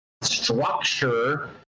structure